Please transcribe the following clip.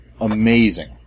amazing